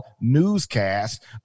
newscast